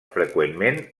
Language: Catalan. freqüentment